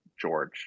George